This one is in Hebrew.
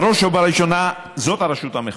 בראש ובראשונה זאת הרשות המחוקקת,